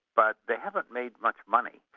but they haven't made much money,